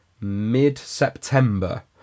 mid-September